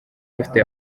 afite